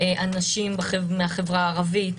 אנשים מהחברה הערבית,